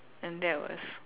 and that was